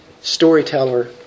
Storyteller